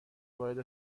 وارد